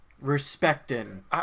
respecting